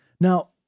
Now